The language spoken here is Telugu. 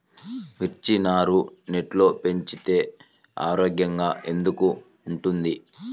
మిర్చి నారు నెట్లో పెంచితే ఆరోగ్యంగా ఎందుకు ఉంటుంది?